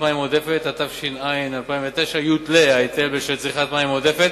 התש"ע 2009, יותלה ההיטל בשל צריכת מים עודפת,